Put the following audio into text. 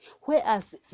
Whereas